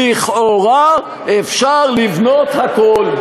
לכאורה אפשר לבנות הכול.